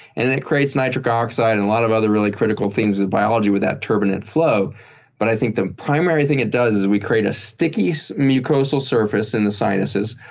it creates nitric oxide and a lot of other really critical things of biology with that turbinate flow but i think the primary thing is does is we create a sticky so mucosal surface in the sinuses.